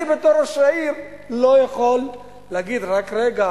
אני בתור ראש עיר לא יכול להגיד: רק רגע,